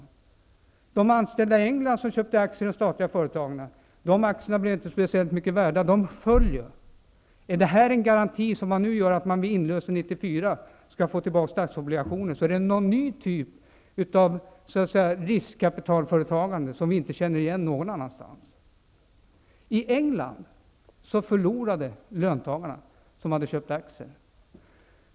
Aktierna i de engelska statliga företagen som köptes av de anställda föll sedan så att de inte blev speciellt mycket värda. Den metod som den svenska regeringen nu vill tillämpa, att man säljer obligationer med inlösen 1994, är en ny typ av riskkapitalanskaffning som vi inte känner till från något annat håll. I England förlorade löntagarna som hade köpt aktier.